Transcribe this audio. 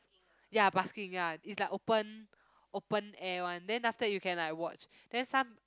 ya busking ya it's like open open air one then after that you can like watch then some